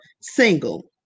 single